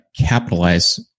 capitalize